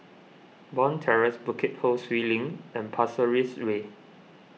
Bond Terrace Bukit Ho Swee Link and Pasir Ris Way